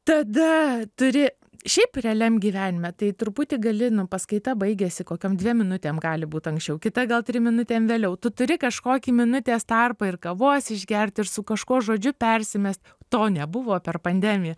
tada turi šiaip realiam gyvenime tai truputį gali nu paskaita baigėsi kokiom dviem minutėm gali būt anksčiau kita gal trim minutėm vėliau tu turi kažkokį minutės tarpą ir kavos išgert ir su kažkuo žodžiu persimest to nebuvo per pandemiją